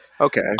Okay